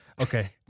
Okay